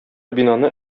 бинаны